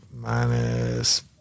minus